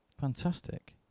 fantastic